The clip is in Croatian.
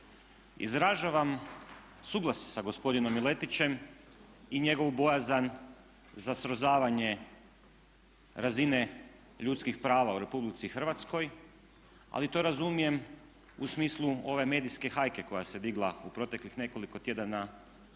Izražavam suglasje sa gospodinom Miletićem i njegovu bojazan za srozavanje razine ljudskih prava u Republici Hrvatskoj, ali to razumijem u smislu ove medijske hajke koja se digla u proteklih nekoliko tjedana